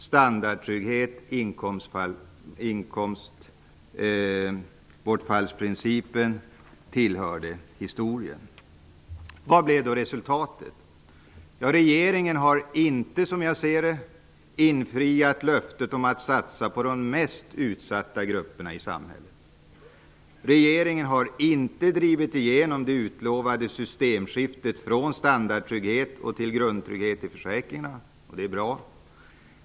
Standardtryggheten och inkomstbortfallsprincipen tillhörde historien. Vad blev då resultatet? Som jag ser det har regeringen inte infriat löftet att satsa på de mest utsatta grupperna i samhället. Regeringen har inte drivit igenom det utlovade systemskiftet från standardtrygghet till grundtrygghet i försäkringarna. Det är bra.